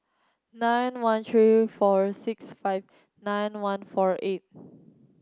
nine one three four six five nine one four eight